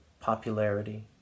popularity